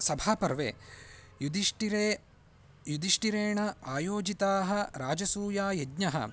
सभापर्वे युधिष्ठिरे युधिष्ठिरेण आयोजिताः राजसूयायज्ञः